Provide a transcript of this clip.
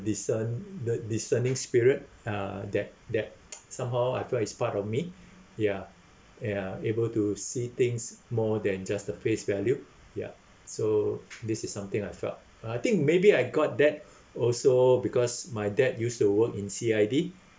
discern the discerning spirit uh that that somehow I feel like is part of me ya ya able to see things more than just the face value ya so this is something I felt I think maybe I got that also because my dad used to work in C_I_D